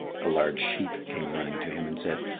a large sheep came running to him and said,